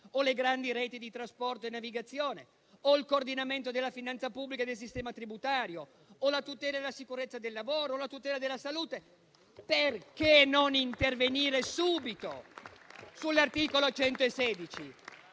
o le grandi reti di trasporto e navigazione o il coordinamento della finanza pubblica e del sistema tributario o la tutela della sicurezza del lavoro e della salute, perché non intervenire subito sull'articolo 116